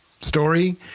story